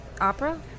opera